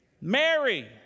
Mary